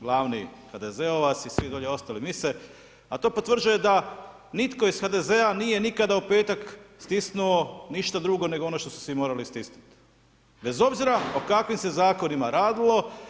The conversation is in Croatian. Glavni HDZ-ovac i svi dolje ostali misle, a to potvrđuje da nitko iz HDZ-a nije nikada u petak stisnuo ništa drugo nego ono što su svi morali stisnuti, bez obzira o kakvim se zakonima radilo.